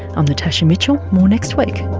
i'm natasha mitchell more next week